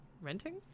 Renting